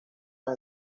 los